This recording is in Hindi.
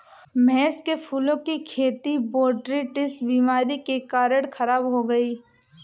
महेश के फूलों की खेती बोटरीटिस बीमारी के कारण खराब हो गई